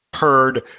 heard